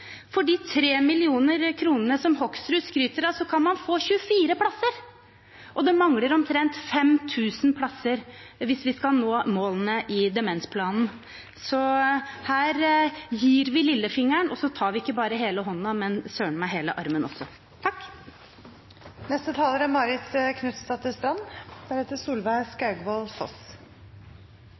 For de 3 mill. kr som Hoksrud skryter av, kan man få 24 plasser – og det mangler omtrent 5 000 plasser hvis vi skal nå målene i demensplanen. Her gir vi lillefingeren, og så tar de ikke bare hele hånden, men søren meg hele armen også. Regjeringen tar æren for at Norge er